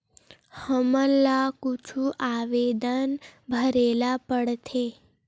हमला कुछु आवेदन भरेला पढ़थे?